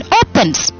opens